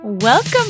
Welcome